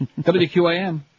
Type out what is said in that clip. WQAM